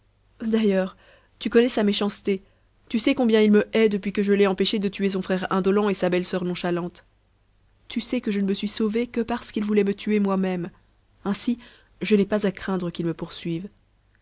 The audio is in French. d'ailleurs tu connais sa méchanceté tu sais combien il me hait depuis que je l'ai empêché de tuer son frère indolent et sa belle-soeur nonchalante tu sais que je ne me suis sauvée que parce qu'il voulait me tuer moi-même ainsi je n'ai pas à craindre qu'il me poursuive